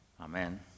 Amen